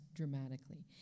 dramatically